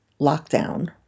lockdown